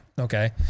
Okay